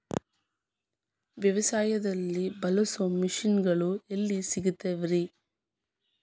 ವ್ಯವಸಾಯದಲ್ಲಿ ಬಳಸೋ ಮಿಷನ್ ಗಳು ಎಲ್ಲಿ ಸಿಗ್ತಾವ್ ರೇ?